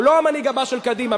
או לא המנהיג הבא של קדימה,